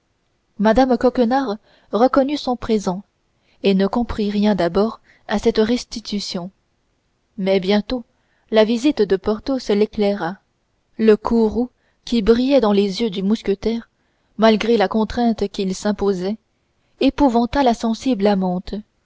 mme coquenard reconnut son présent et ne comprit rien d'abord à cette restitution mais bientôt la visite de porthos l'éclaira le courroux qui brillait dans les yeux du mousquetaire malgré la contrainte qu'il s'imposait épouvanta la sensible amante